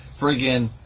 friggin